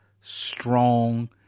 strong